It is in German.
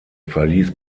verließ